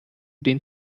den